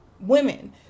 women